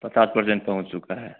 पचास परसेंट पहुँच चुका है